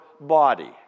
body